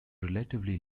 relatively